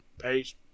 Peace